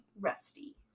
Rusty